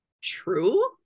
true